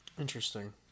Interesting